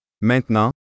Maintenant